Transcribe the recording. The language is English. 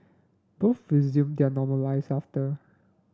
both resumed their normal lives after